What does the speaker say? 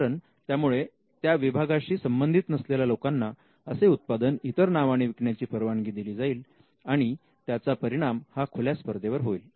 कारण त्यामुळे त्या विभागाशी संबंधित नसलेल्या लोकांना असे उत्पादन इतर नावाने विकण्याची परवानगी दिली जाईल आणि त्याचा परिणाम हा खुल्या स्पर्धेवर होईल